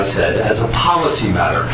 i said as a policy matter